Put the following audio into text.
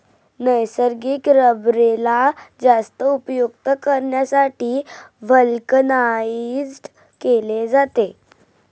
नैसर्गिक रबरेला जास्त उपयुक्त करण्यासाठी व्हल्कनाइज्ड केले जाते